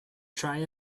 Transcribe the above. try